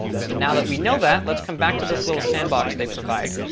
so now that we know that, let's come back to this little sandbox they provide.